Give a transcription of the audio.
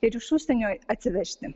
ir iš užsienio atsivežti